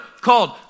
called